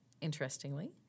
interestingly